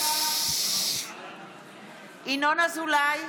ינון אזולאי,